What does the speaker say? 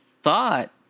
thought